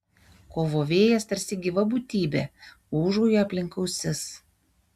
kovo vėjas tarsi gyva būtybė ūžauja aplink ausis